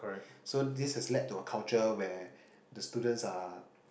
so this has led to a culture where the students are